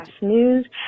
News